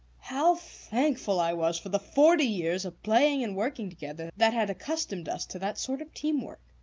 how thankful i was for the forty years of playing and working together that had accustomed us to that sort of team-work!